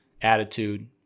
attitude